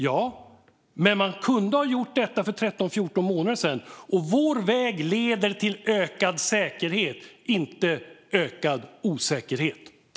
Ja, men man kunde ha gjort detta för 13-14 månader sedan. Vår väg leder till ökad säkerhet, inte ökad osäkerhet.